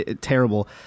Terrible